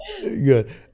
good